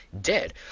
dead